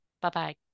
Bye-bye